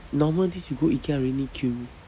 normal days you go ikea already need to queue